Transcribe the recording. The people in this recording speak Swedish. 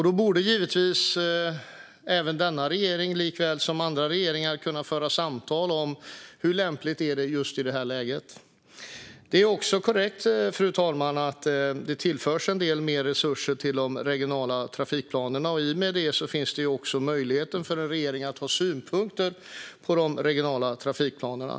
Då borde givetvis även denna regering likaväl som andra regeringar kunna föra samtal om hur lämpligt det är med avgift i just det här läget. Det är också korrekt att det tillförs en del resurser till de regionala trafikplanerna, och i och med det har en regering också möjlighet att ha synpunkter på de regionala trafikplanerna.